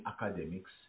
academics